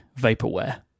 vaporware